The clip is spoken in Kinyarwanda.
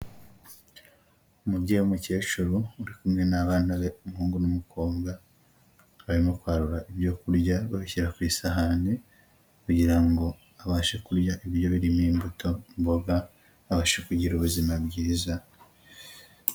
Umubyeyi w'umukecuru uri kumwe n'abana be umuhungu n'umukobwa, barimo kwarura ibyo kurya babishyira ku isahani, kugira ngo babashe kurya ibiryo birimo imbuto, imboga, babashe kugira ubuzima bwiza.